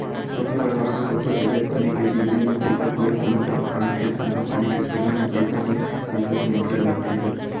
कोनो परवार म कखरो तबीयत पानी के बिगड़े म पइसा होय कोनो परकार के धंधा पानी के खोलब म पइसा होय पइसा तो मनखे ल लगथे ही